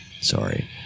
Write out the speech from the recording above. Sorry